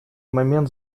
момент